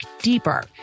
deeper